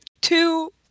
two